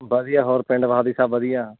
ਵਧੀਆ ਹੋਰ ਪਿੰਡ ਸਭ ਵਧੀਆ